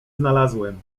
znalazłem